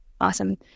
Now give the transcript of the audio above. Awesome